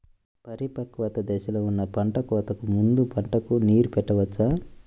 పరిపక్వత దశలో ఉన్న పంట కోతకు ముందు పంటకు నీరు పెట్టవచ్చా?